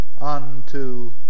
unto